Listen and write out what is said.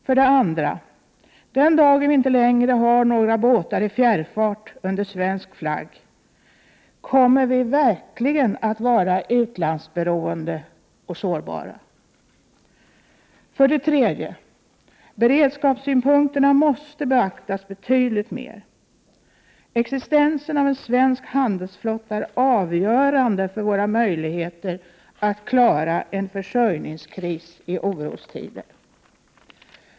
För det andra: Den dagen vi inte längre har några båtar i fjärrfart under svensk flagg kommer vi verkligen att vara utlandsberoende och sårbara. För det tredje: Beredskapssynpunkten måste beaktas betydligt mer. Existensen av en svensk handelsflotta är avgörande för våra möjligheter att klara av en försörjningskris i orostider.